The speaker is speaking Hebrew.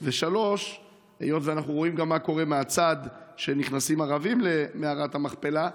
3. היות שאנחנו רואים גם מה קורה מהצד כשנכנסים ערבים למערת המכפלה,